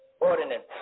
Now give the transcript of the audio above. ordinance